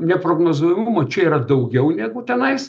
neprognozuojamumo čia yra daugiau negu tenais